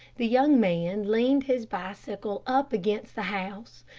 the young man leaned his bicycle up against the house,